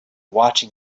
watching